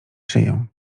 szyję